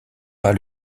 pas